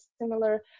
similar